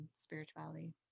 spirituality